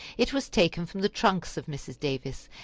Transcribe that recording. it was taken from the trunks of mrs. davis,